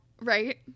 Right